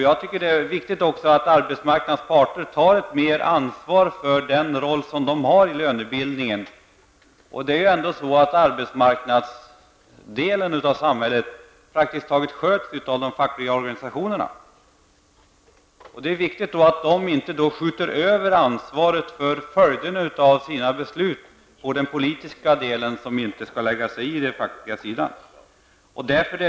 Jag tycker att det är viktigt att arbetsmarknadens parter tar mer ansvar för den roll som de har i lönebildningen. Det är ändå så, att arbetsmarknadsdelen i samhället praktiskt taget sköts av de fackliga organisationerna. Då är det viktigt att de inte skjuter över ansvaret för följderna av sina beslut på den politiska delen, som inte skall lägga sig i den fackliga sidan.